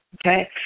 okay